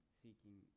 seeking